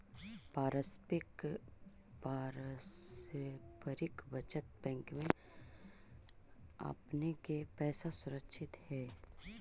पारस्परिक बचत बैंक में आपने के पैसा सुरक्षित हेअ